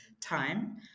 time